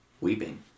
weeping